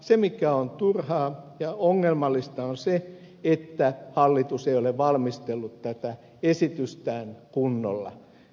se mikä on turhaa ja ongelmallista on se että hallitus ei ole valmistellut tätä esitystään kunnolla